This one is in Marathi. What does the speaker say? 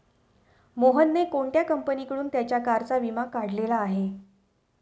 मोहनने कोणत्या कंपनीकडून त्याच्या कारचा विमा काढलेला आहे?